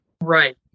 right